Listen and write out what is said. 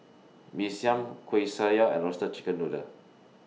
Mee Siam Kuih Syara and Roasted Chicken Noodle